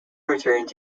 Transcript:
returned